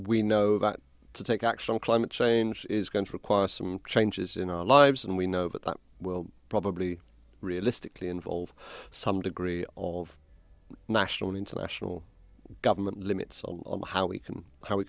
we know that to take action on climate change is going to require some changes in our lives and we know that that will probably realistically involve some degree of national and international government limits on how we can how we